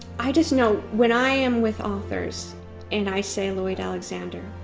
i just know when i am with authors and i say lloyd alexander,